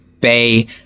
Bay